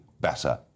better